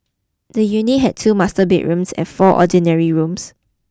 the unit had two master bedrooms and four ordinary rooms